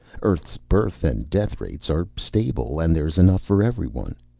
earth's birth and death rate are stable, and there's enough for everyone.